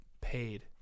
paid